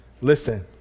listen